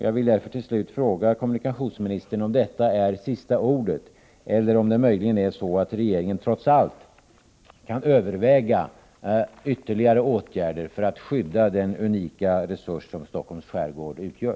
Jag vill därför till slut fråga kommunikationsministern om detta är sista ordet, eller om det möjligen är så att regeringen trots allt kan överväga ytterligare åtgärder för att skydda den unika resurs som Stockholms skärgård utgör.